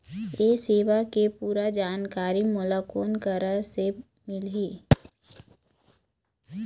ये सेवा के पूरा जानकारी मोला कोन करा से मिलही?